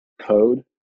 code